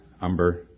umber